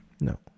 No